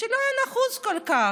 שלא היו נחוצות כל כך.